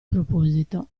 proposito